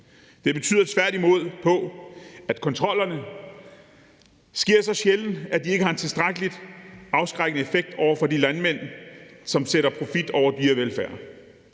Det tyder tværtimod på at kontrollerne sker så sjældent, at de ikke har en tilstrækkelig afskrækkende effekt over for de landmænd, som sætter profit over dyrevelfærd.